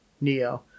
Neo